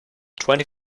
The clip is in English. twenty